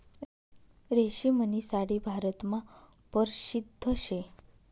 रेशीमनी साडी भारतमा परशिद्ध शे